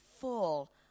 full